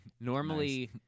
Normally